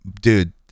dude